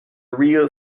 real